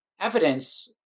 evidence